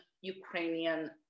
Ukrainian